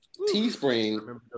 Teespring